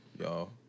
y'all